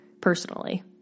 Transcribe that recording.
personally